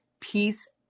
Peace